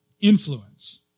influence